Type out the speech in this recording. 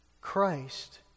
Christ